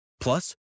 Plus